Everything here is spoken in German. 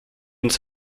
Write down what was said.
ins